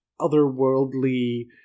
otherworldly